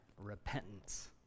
repentance